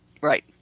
Right